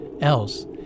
else